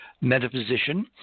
metaphysician